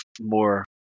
more